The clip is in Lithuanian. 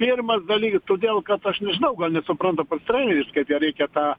pirmas daly todėl kad aš nežinau gal nesupranta pats treneris kad ją reikia tą